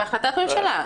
אני שואל?